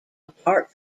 apart